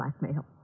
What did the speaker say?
blackmail